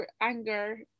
anger